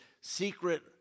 secret